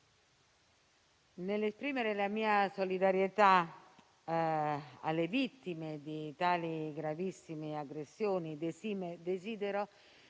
nell'esprimere la mia solidarietà alle vittime di tali gravissime aggressioni, desidero